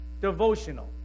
devotional